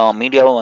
media